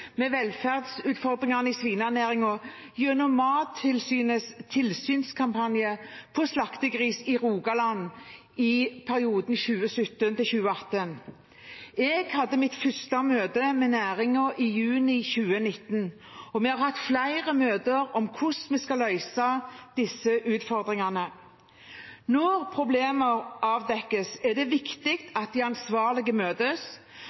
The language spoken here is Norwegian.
med velferdsutfordringene i svinenæringen gjennom Mattilsynets tilsynskampanje på slaktegris i Rogaland i perioden 2017–2018. Jeg hadde mitt første møte med næringen i juni 2019, og vi har hatt flere møter om hvordan vi skal løse disse utfordringene. Når problemer avdekkes, er det viktig at de ansvarlige møtes